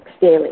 daily